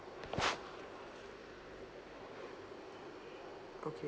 okay